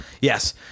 Yes